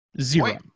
Zero